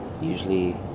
usually